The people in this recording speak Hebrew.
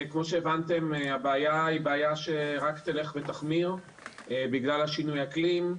כמו שהבנתם הבעיה היא בעיה שרק תלך ותחמיר בגלל שינויי אקלים.